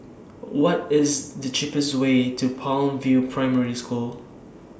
What IS The cheapest Way to Palm View Primary School